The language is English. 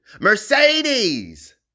Mercedes